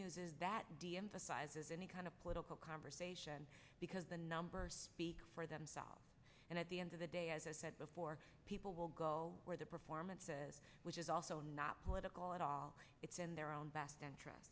news is that deemphasize is any kind of political conversation because the numbers speak for themselves and at the end of the day as i said before people will go where their performance which is also not political at all it's in their own best interest